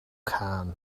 cân